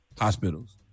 hospitals